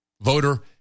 Voter